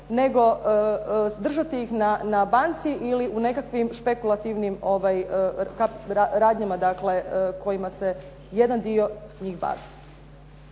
nego držati ih na banci ili u nekakvim špekulativnim radnjama kojima se jedan dio njih bavi.